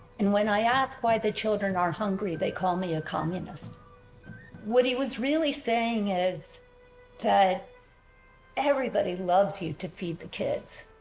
and when i asked why the children are hungry they call me a communist what he was really saying is that everybody loves you to feed the kids.